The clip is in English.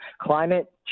climate